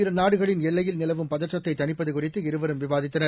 இருநாடுகளின் எல்லையில் நிலவும் பதற்றத்தை தணிப்பது குறித்து இருவரும் விவாதித்தனர்